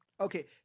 Okay